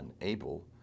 unable